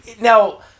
Now